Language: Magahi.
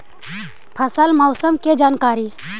फसल मौसम के जानकारी?